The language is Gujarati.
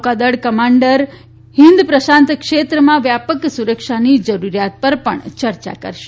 નૌકાદળ કમાન્ડર હિન પ્રશાંત ક્ષેત્રમાં વ્યાપક સુરક્ષાની જરૂરીયાત પર પણ ચર્ચા કરશે